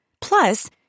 Plus